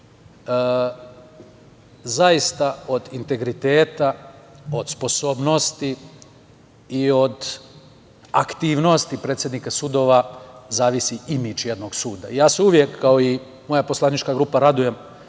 zaista od integriteta, od sposobnosti i od aktivnosti predsednika sudova zavisi imidž jednog suda. Ja se uvek, kao i moja poslanička grupa, radujem